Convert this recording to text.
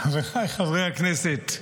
חבריי חברי הכנסת,